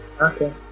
Okay